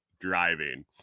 driving